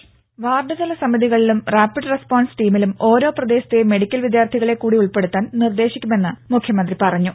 voice വാർഡ്തല സമിതികളിലും rapid response ടീമിലും ഓരോ പ്രദേശത്തെയും മെഡിക്കൽ വിദ്യാർത്ഥികളെ കൂടി ഉൾപ്പെടുത്താൻ നിർദ്ദേശിക്കുമെന്ന് മുഖ്യമന്ത്രി പറഞ്ഞു